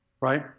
right